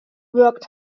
worked